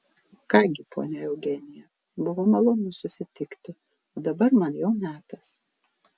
ką gi ponia eugenija buvo malonu susitikti o dabar man jau metas